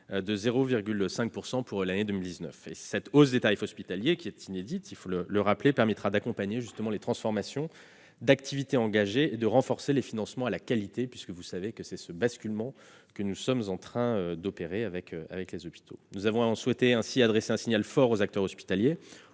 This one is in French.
de 0,5 % pour l'année 2019. Cette hausse des tarifs hospitaliers, qui est inédite, je le répète, permettra d'accompagner les transformations d'activités engagées et de renforcer le financement à la qualité- vous le savez, c'est ce basculement que nous sommes en train d'opérer dans les hôpitaux. Nous avons souhaité adresser ainsi un signal fort aux acteurs hospitaliers,